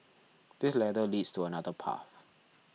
this ladder leads to another path